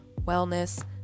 wellness